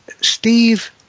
Steve